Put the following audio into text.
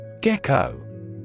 Gecko